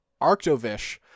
Arctovish